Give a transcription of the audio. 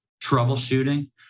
troubleshooting